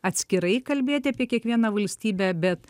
atskirai kalbėti apie kiekvieną valstybę bet